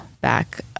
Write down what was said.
back